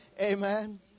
Amen